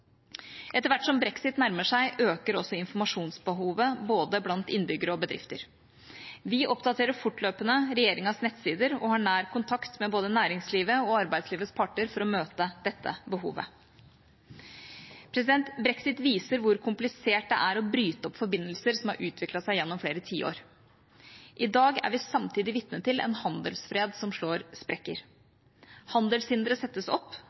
Etter hvert som brexit nærmer seg, øker også informasjonsbehovet blant både innbyggere og bedrifter. Vi oppdaterer fortløpende regjeringas nettsider og har nær kontakt med både næringslivet og arbeidslivets parter for å møte dette behovet. Brexit viser hvor komplisert det er å bryte opp forbindelser som har utviklet seg gjennom flere tiår. I dag er vi samtidig vitne til en handelsfred som slår sprekker. Handelshindre settes opp,